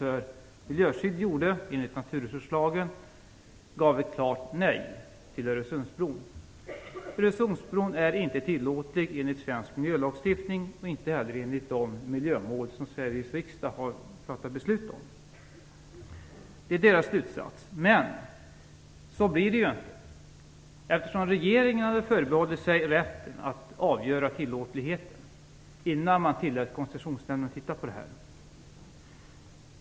Öresundsbron är inte tillåtlig enligt svensk miljölagstiftning och inte heller enligt de miljömål som Sveriges riksdag har fattat beslut om. Det är nämndens slutsats, men så blir det inte. Regeringen hade förbehållit sig rätten att avgöra tillåtligheten innan man tillät Koncessionsnämnden att titta på ärendet.